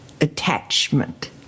attachment